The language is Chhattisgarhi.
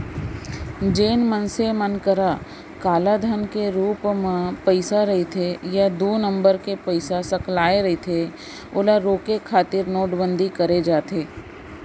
जेन मनसे मन करा कालाधन के रुप म पइसा रहिथे या दू नंबर के पइसा सकलाय रहिथे ओला रोके खातिर नोटबंदी करे जाथे